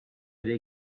very